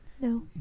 no